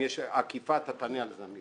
אם יש עקיפה, אמיר יענה על זה.